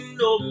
no